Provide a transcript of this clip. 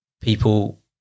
people